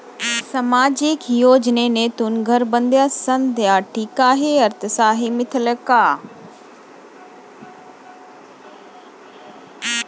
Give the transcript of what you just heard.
सामाजिक योजनेतून घर बांधण्यासाठी काही अर्थसहाय्य मिळेल का?